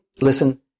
listen